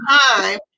time